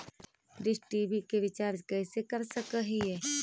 Dish TV के recharge कैसे कर सक हिय?